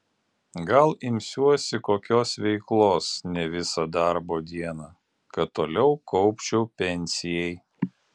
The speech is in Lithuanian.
gal imsiuosi kokios veiklos ne visą darbo dieną kad toliau kaupčiau pensijai